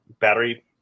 battery –